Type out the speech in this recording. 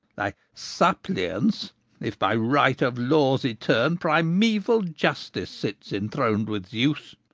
thy suppliance, if by right of laws eterne primeval justice sits enthroned with zeus.